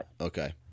Okay